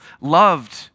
loved